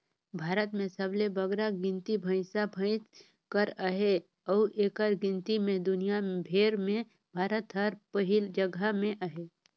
भारत में सबले बगरा गिनती भंइसा भंइस कर अहे अउ एकर गिनती में दुनियां भेर में भारत हर पहिल जगहा में अहे